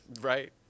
Right